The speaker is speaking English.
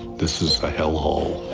this is a hellhole.